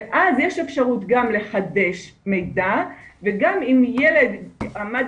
ואז יש אפשרות גם לחדש מידע וגם אם ילד עמד